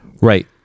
Right